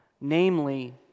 namely